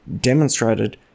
demonstrated